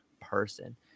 person